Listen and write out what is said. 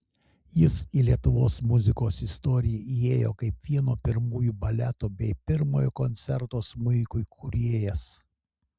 jis į lietuvos muzikos istoriją įėjo kaip vieno pirmųjų baletų bei pirmojo koncerto smuikui kūrėjas